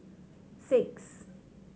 six